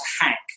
hack